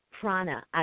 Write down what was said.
prana